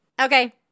Okay